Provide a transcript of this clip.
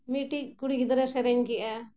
ᱢᱤᱫᱴᱤᱡ ᱠᱩᱲᱤ ᱜᱤᱫᱽᱨᱟᱹ ᱥᱮᱨᱮᱧ ᱠᱮᱜᱼᱟᱭ